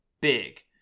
big